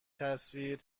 تصویر